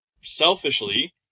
selfishly